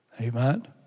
Amen